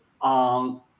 on